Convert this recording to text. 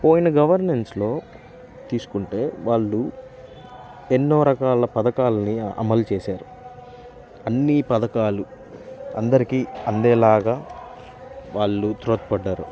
పోయిన గవర్నెన్స్లో తీసుకుంటే వాళ్ళు ఎన్నో రకాల పథకాల్ని అమలు చేశారు అన్నీ పథకాలు అందరికీ అందేలాగా వాళ్ళు త్రోడ్పడ్డారు